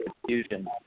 confusion